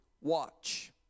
watch